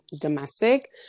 domestic